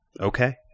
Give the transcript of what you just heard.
Okay